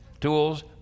tools